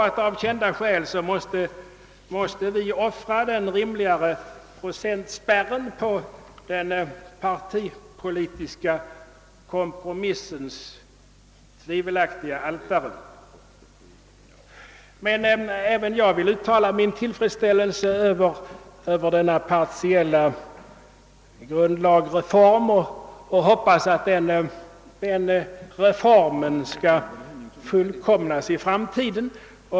Av kända skäl måste vi emellertid offra den rimliga procentspärren på den partipolitiska kompromissens altare. Till slut vill även jag uttala min tillfredsställelse över denna «partiella grundlagsreform. Jag hoppas att reformen skall fullkomnas i framtiden.